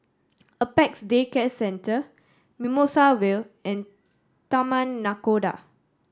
Apex Day Care Centre Mimosa Vale and Taman Nakhoda